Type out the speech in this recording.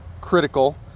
critical